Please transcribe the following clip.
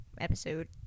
episode